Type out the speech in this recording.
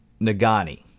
nagani